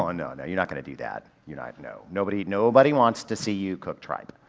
ah no, no you're not gonna do that, you're not, no, nobody, nobody wants to see you cook tripe.